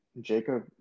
Jacob